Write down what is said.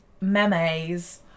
memes